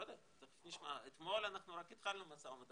השר להשכלה גבוהה ומשלימה זאב אלקין: לא יודע,